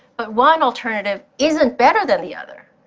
but one alternative isn't better than the other.